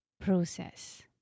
process